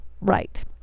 right